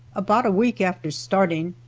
about a week after starting,